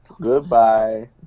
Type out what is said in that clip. Goodbye